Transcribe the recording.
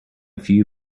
few